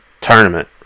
tournament